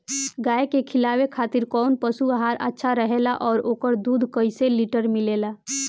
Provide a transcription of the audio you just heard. गाय के खिलावे खातिर काउन पशु आहार अच्छा रहेला और ओकर दुध कइसे लीटर मिलेला?